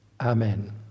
Amen